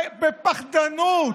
ובפחדנות,